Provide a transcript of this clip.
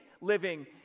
living